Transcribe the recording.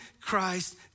Christ